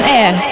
air